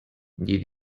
did